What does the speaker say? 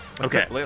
Okay